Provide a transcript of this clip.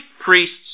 priests